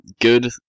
good